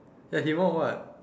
as in you work what